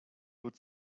would